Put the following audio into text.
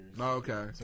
Okay